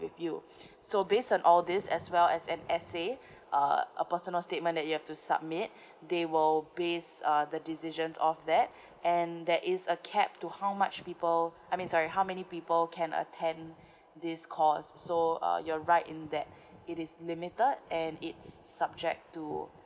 with you so based on all this as well as an assay uh a personal statement that you have to submit they will based uh the decisions of that and there is a cap to how much people I mean sorry how many people can attend this course so uh you're right in that it is limited and its subject to